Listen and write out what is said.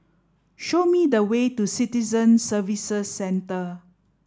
show me the way to Citizen Services Centre